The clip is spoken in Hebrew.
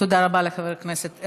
תודה רבה לחבר הכנסת.